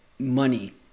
Money